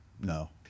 No